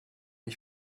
ich